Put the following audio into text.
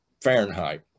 fahrenheit